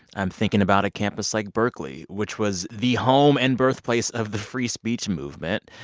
i'm thinking about a campus like berkeley, which was the home and birthplace of the free speech movement,